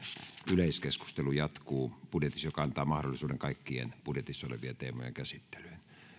yleiskeskustelu jatkuu budjetista mikä antaa mahdollisuuden kaikkien budjetissa olevien teemojen käsittelyyn